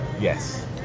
yes